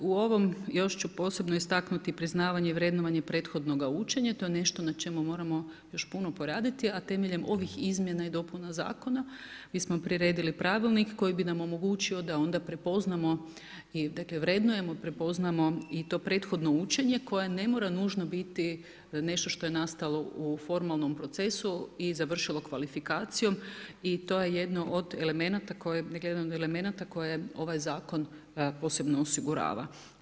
U ovom, još ću posebno istaknuti priznavanje i vrednovanje prethodnoga učenja, to je nešto na čemu moramo još puno poraditi a temeljem ovih izmjena i dopuna zakona mi smo priredili pravilnik koji bi nama omogućio da onda prepoznamo i vrednujemo i prepoznamo i to prethodno učenje koje ne mora nužno biti nešto što je nastalo u formalnom procesu i završilo kvalifikacijom i to je jedno od elemenata koje ovaj zakon posebno osigurava.